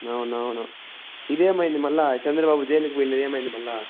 అవును అవును ఇదేమైంది మళ్ళా చంద్రబాబు జైలుకి పోయింది ఏమైంది మళ్ళా